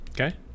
Okay